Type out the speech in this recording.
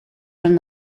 from